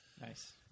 Nice